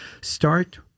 start